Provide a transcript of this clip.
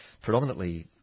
Predominantly